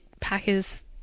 packers